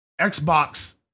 Xbox